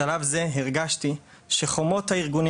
בשלב זה הרגשתי שחומות הארגונים